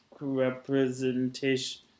representation